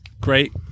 Great